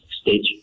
stage